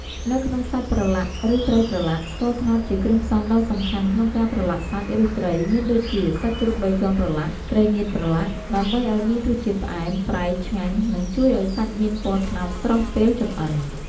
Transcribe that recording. នៅក្នុងសាច់ប្រឡាក់ឬត្រីប្រឡាក់ ស្ករត្នោតជាគ្រឿងផ្សំដ៏សំខាន់ក្នុងការប្រឡាក់សាច់ ឬត្រី មានដូចជា សាច់ជ្រូកបីជាន់ប្រឡាក់ ត្រីងៀតប្រឡាក់ ដើម្បីឱ្យមានរសជាតិផ្អែម ប្រៃ ឆ្ងាញ់ និងជួយឱ្យសាច់មានពណ៌ត្នោតស្រស់ពេលចម្អិន។